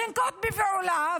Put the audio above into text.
לנקוט פעולה.